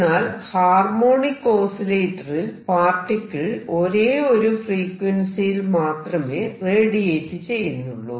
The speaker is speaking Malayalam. എന്നാൽ ഹാർമോണിക് ഓസിലേറ്ററിൽ പാർട്ടിക്കിൾ ഒരേ ഒരു ഫ്രീക്വൻസിയിൽ മാത്രമേ റേഡിയേറ്റ് ചെയ്യുന്നുള്ളൂ